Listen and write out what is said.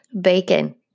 bacon